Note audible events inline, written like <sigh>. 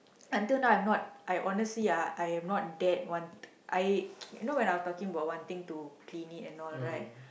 until now I have not I honestly ah I am not that one <noise> I <noise> you know when I was talking about wanting to clean it and all right